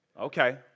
Okay